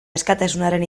askatasunaren